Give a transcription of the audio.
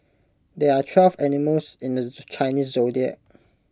there are twelve animals in the Chinese Zodiac